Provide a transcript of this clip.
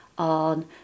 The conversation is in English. on